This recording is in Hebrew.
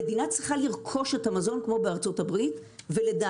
המדינה צריכה לרכוש את המזון כמו בארצות-הברית ולדעתי